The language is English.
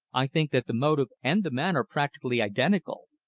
i think that the motive and the man are practically identical.